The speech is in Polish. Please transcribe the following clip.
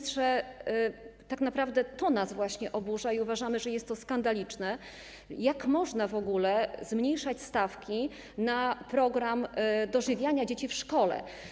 Tak naprawdę to właśnie nas oburza i uważamy, że jest to skandaliczne: jak można w ogóle zmniejszać stawki na program dożywiania dzieci w szkole?